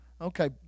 Okay